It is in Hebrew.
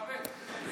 מכבד.